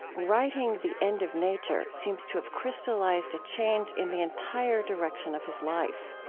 writing the end of nature seems to have crystallized a change in the entire direction of his life